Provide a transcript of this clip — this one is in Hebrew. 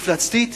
מפלצתית.